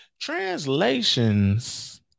Translations